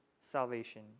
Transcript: salvation